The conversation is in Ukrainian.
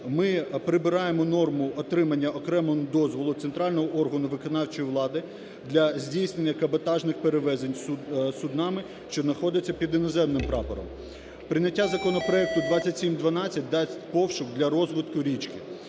ми прибираємо норму отримання окремо дозволу центрального органу виконавчої влади для здійснення каботажних перевезень суднами, що знаходяться під іноземним прапором. Прийняття законопроекту 2712 дасть поштовх для розвитку річки.